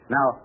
Now